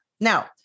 Now